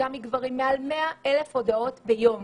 מגברים ונשים - מעל 100,000 הודעות ביום